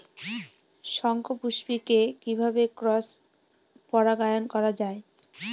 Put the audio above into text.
শঙ্খপুষ্পী কে কিভাবে ক্রস পরাগায়ন করা যায়?